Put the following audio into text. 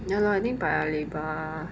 no lah I think paya lebar